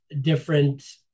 different